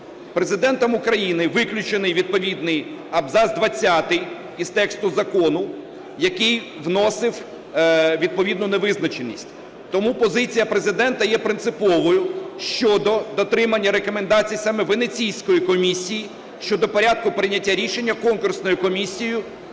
Президентом України виключений відповідний абзац 20-й із тексту закону, який вносив відповідну невизначеність. Тому позиція Президента є принциповою щодо дотримання рекомендацій саме Венеційської комісії щодо порядку прийняття рішення конкурсною комісією,